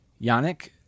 Yannick